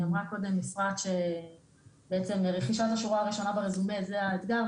אמרה קודם אפרת שרכישת השורה הראשונה ברזומה זה האתגר,